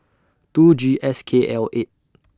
two G S K L eight